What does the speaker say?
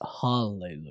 Hallelujah